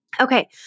Okay